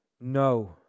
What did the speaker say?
No